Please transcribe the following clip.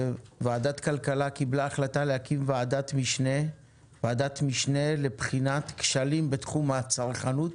ועדת הכלכלה קיבלה החלטה להקים ועדת משנה לבחינת כשלים בתחום הצרכנות.